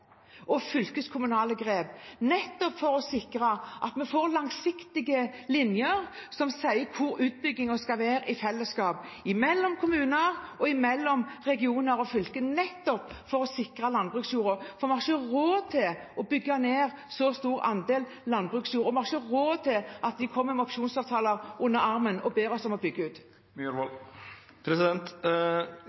og fylkeskommunale grep for å sikre at vi får langsiktige linjer som sier hvor utbyggingen skal være – i fellesskap mellom kommuner, regioner og fylker – for å sikre landbruksjorda. Vi har ikke råd til å bygge ned så stor andel landbruksjord, og vi har ikke råd til at de kommer med opsjonsavtaler under armen og ber oss om å bygge ut.